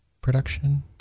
production